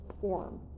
form